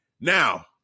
Now